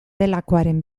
delakoaren